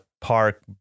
park